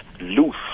loose